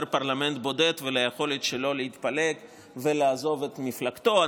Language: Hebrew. פרלמנט בודד וליכולת שלו להתפלג ולעזוב את מפלגתו.